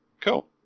Cool